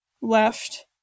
left